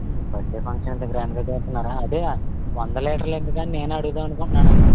birthday function ఇంత గ్రాండ్గా చేస్తున్నారా అదే వంద లీటర్లు ఏందుకా అని నేనే అడుగుదామని అనుకుంటున్నాను అండి